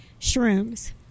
shrooms